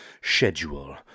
Schedule